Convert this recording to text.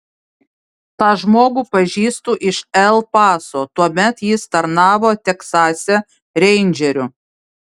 tą žmogų pažįstu iš el paso tuomet jis tarnavo teksase reindžeriu